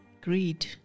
Greed